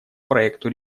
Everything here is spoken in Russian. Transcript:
проекту